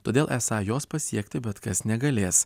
todėl esą jos pasiekti bet kas negalės